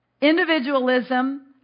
individualism